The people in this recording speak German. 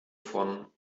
von